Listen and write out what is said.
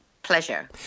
Pleasure